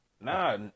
Nah